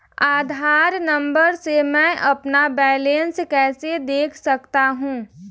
आधार number से मैं अपना बैलेंस कैसे देख सकता हूँ?